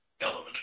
Element